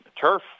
turf